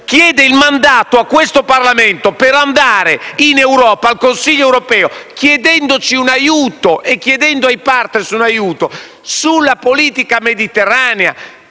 chiede il mandato a questo Parlamento per andare in Europa, al Consiglio europeo, chiedendo ai *partner* un aiuto sulla politica mediterranea.